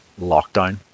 lockdown